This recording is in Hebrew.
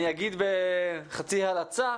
אני אגיד בחצי הלצה,